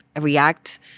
react